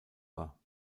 war